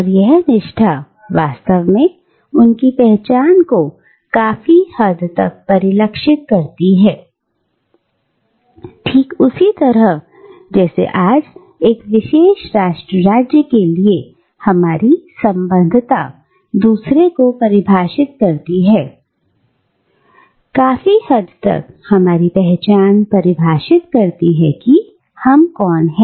और यह निष्ठा वास्तव में उनकी पहचान को काफी हद तक परिलक्षित करती है ठीक उसी तरह जैसे आज एक विशेष राष्ट्र राज्य के लिए हमारी संबद्धता दूसरे को परिभाषित करती है काफी हद तक हमारी पहचान परिभाषित करती है कि हम कौन हैं